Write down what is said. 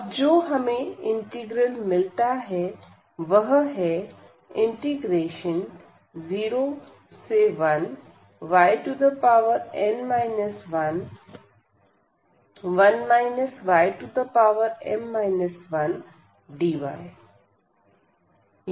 अब जो हमें इंटीग्रल मिलता है वह है 01yn 11 ym 1dy